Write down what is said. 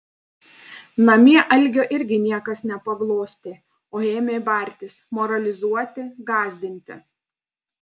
namie algio irgi niekas nepaglostė o ėmė bartis moralizuoti gąsdinti